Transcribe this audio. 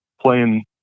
playing